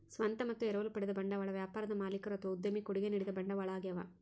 ಸ್ವಂತ ಮತ್ತು ಎರವಲು ಪಡೆದ ಬಂಡವಾಳ ವ್ಯಾಪಾರದ ಮಾಲೀಕರು ಅಥವಾ ಉದ್ಯಮಿ ಕೊಡುಗೆ ನೀಡಿದ ಬಂಡವಾಳ ಆಗ್ಯವ